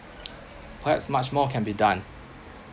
perhaps much more can be done